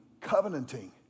covenanting